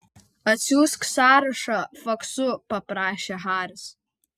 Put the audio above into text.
atsiųsk sąrašą faksu paprašė haris